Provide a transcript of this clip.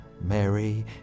Mary